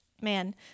man